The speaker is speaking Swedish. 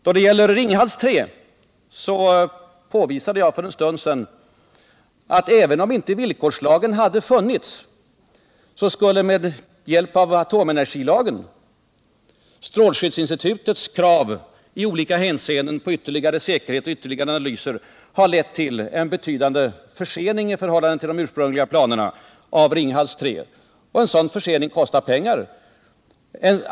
Då det gäller Ringhals 3 påvisade jag för en stund sedan att även om inte villkorslagen hade funnits, skulle atomenergilagen och strålskyddsinstitutets krav i olika hänseenden på ytterligare säkerhet och analyser ha lett till en betydande försening i förhållande till de ursprungliga planerna, och en sådan försening kostar pengar.